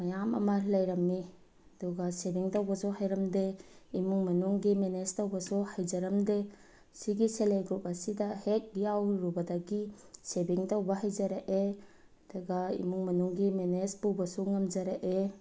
ꯃꯌꯥꯝ ꯑꯃ ꯂꯩꯔꯝꯃꯤ ꯑꯗꯨꯒ ꯁꯦꯚꯤꯡ ꯇꯧꯕꯁꯨ ꯍꯩꯔꯝꯗꯦ ꯏꯃꯨꯡ ꯃꯅꯨꯡꯒꯤ ꯃꯦꯅꯦꯖ ꯇꯧꯕꯁꯨ ꯍꯩꯖꯔꯝꯗꯦ ꯁꯤꯒꯤ ꯁꯦꯜꯐ ꯍꯦꯜꯞ ꯒ꯭ꯔꯨꯞ ꯑꯁꯤꯗ ꯍꯦꯛ ꯌꯥꯎꯔꯨꯔꯨꯕꯗꯒꯤ ꯁꯦꯚꯤꯡ ꯇꯧꯕ ꯍꯩꯖꯔꯛꯑꯦ ꯑꯗꯨꯒ ꯏꯃꯨꯡ ꯃꯅꯨꯡꯒꯤ ꯃꯦꯅꯦꯖ ꯄꯨꯕꯁꯨ ꯉꯝꯖꯔꯛꯑꯦ